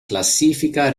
classifica